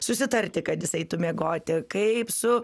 susitarti kad jis eitų miegoti kaip su